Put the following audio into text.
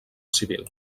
civil